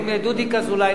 אם דודיק אזולאי,